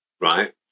Right